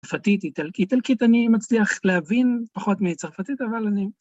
צרפתית, איטלקית, איטלקית, אני מצליח להבין פחות מצרפתית, אבל אני...